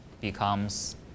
becomes